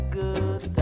good